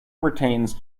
retains